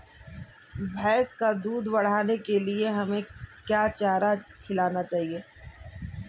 भैंस का दूध बढ़ाने के लिए हमें क्या चारा खिलाना चाहिए?